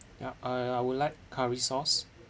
ya I I would like curry sauce